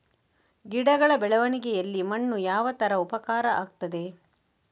ಗಿಡಗಳ ಬೆಳವಣಿಗೆಯಲ್ಲಿ ಮಣ್ಣು ಯಾವ ತರ ಉಪಕಾರ ಆಗ್ತದೆ?